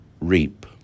reap